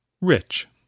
rich